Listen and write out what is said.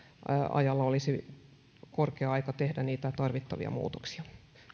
ajalla olisi korkea aika tehdä niitä tarvittavia muutoksia